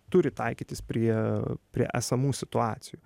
turi taikytis prie prie esamų situacijų